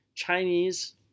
Chinese